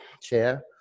chair